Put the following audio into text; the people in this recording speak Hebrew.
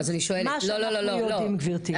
מה שאנחנו יודעים, גבירתי.